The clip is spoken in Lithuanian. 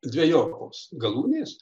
dvejopos galūnės